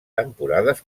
temporades